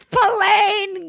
plain